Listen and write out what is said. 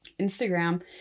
Instagram